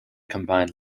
combined